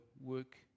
work